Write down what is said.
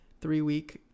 three-week